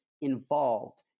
involved